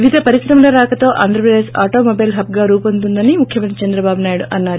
వివిధ పరిశ్రమల రాకతో ఆంద్రప్రదేశ్ ఆటోమొబైల్ హబ్గా రూపొందుతుందని ముఖ్యమంత్రి చంద్రబాబు నాయుడు అన్నారు